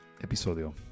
Episodio